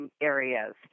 areas